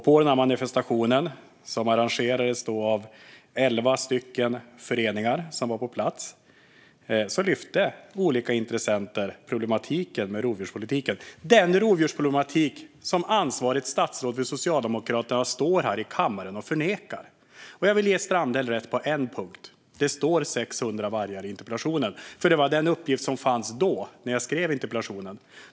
Vid denna manifestation, som arrangerades av elva föreningar som var på plats, lyfte olika intressenter problematiken med rovdjurspolitiken - den rovdjursproblematik som ansvarigt statsråd från Socialdemokraterna står här i kammaren och förnekar. Jag vill ge Strandhäll rätt på en punkt: Det står 600 vargar i interpellationen, för det var den uppgift som fanns då, när jag skrev interpellationen.